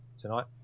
tonight